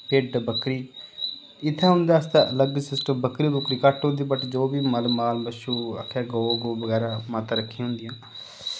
भेड्ढ बक्खरी इत्थै उं'दे आस्तै अलग सिस्टम बक्करी बक्कूरी घट्ट होंदी बट जो बी मल माल शू आक्खै गौ गू बगैरा माता रक्खी दियां होंदियां